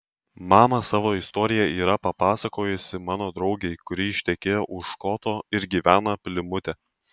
mama savo istoriją yra papasakojusi mano draugei kuri ištekėjo už škoto ir gyvena plimute